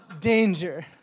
danger